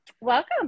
welcome